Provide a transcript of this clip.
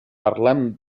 parlem